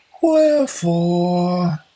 Wherefore